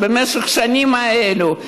ובמשך השנים האלה,